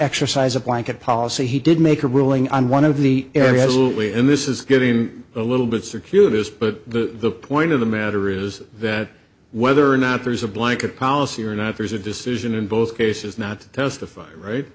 exercise a blanket policy he did make a ruling on one of the area absolutely and this is getting a little bit circuitous but the point of the matter is that whether or not there is a blanket policy or not there's a decision in both cases not to testify right